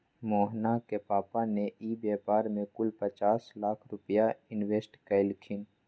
मोहना के पापा ने ई व्यापार में कुल पचास लाख रुपईया इन्वेस्ट कइल खिन